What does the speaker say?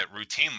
routinely